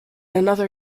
another